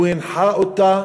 הוא הנחה אותה,